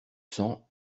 cents